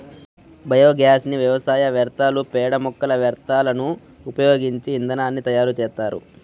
biogas ని వ్యవసాయ వ్యర్థాలు, పేడ, మొక్కల వ్యర్థాలను ఉపయోగించి ఇంధనాన్ని తయారు చేత్తారు